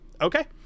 Okay